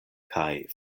kaj